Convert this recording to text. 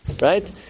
right